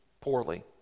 poorly